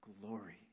glory